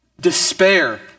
despair